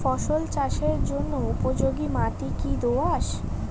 ফসল চাষের জন্য উপযোগি মাটি কী দোআঁশ?